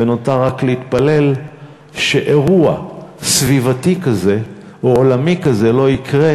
ונותר רק להתפלל שאירוע סביבתי כזה או עולמי כזה לא יקרה,